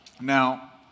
Now